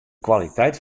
kwaliteit